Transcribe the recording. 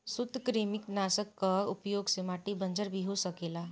सूत्रकृमिनाशक कअ उपयोग से माटी बंजर भी हो सकेला